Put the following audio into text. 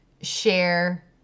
share